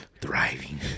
Thriving